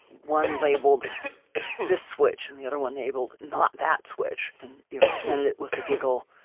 one labeled this switch and the other one labeled not that switch, and you know presented it with the giggle.